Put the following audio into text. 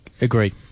Agree